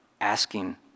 asking